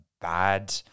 bad